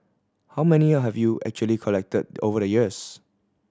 how many have you actually collected over the years